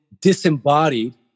disembodied